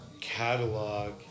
Catalog